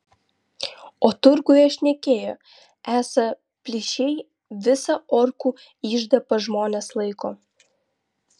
o turguje šnekėjo esą plyšai visą orkų iždą pas žmones laiko